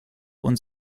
und